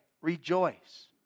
Rejoice